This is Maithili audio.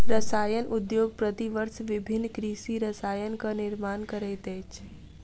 रसायन उद्योग प्रति वर्ष विभिन्न कृषि रसायनक निर्माण करैत अछि